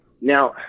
now